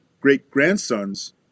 great-grandsons